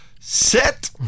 set